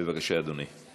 בבקשה, אדוני.